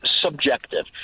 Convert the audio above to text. subjective